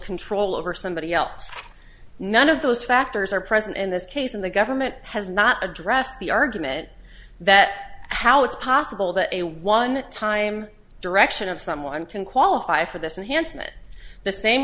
control over somebody else none of those factors are present in this case and the government has not addressed the argument that how it's possible that a one time direction of someone can qualify for this and handsome it the same